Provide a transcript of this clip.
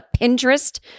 Pinterest